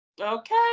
Okay